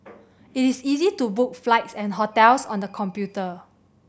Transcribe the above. it is easy to book flights and hotels on the computer